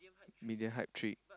media hide tree